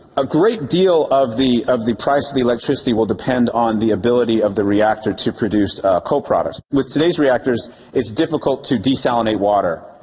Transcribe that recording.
a great deal of the of the price of electricity will depend on the ability of the reactor to produce co-products. with today's reactors it's difficult to desalinate water.